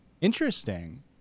Interesting